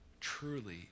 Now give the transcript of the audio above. Truly